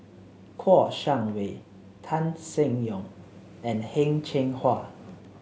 Kouo Shang Wei Tan Seng Yong and Heng Cheng Hwa